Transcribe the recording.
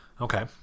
Okay